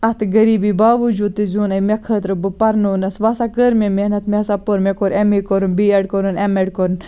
اتھ غریٖبی باوٚوجوٗد تہِ زیوٗن أمۍ مےٚ خٲطرٕ بہٕ پَرنونَس وۄنۍ ہَسا کٔر مےٚ محنَت مےٚ ہَسا پوٚر مےٚ کوٚر ایٚم اے کوٚرُم بی ایٚڈ کوٚرُم ایٚم ایٚڈ کوٚرُن